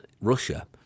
Russia